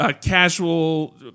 casual